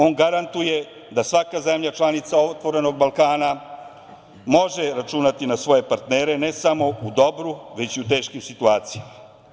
On garantuje da svaka zemlja članica „Otvorenog Balkana“ može računati na svoje partnere ne samo u dobru već i u teškim situacijama.